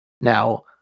Now